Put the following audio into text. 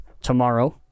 tomorrow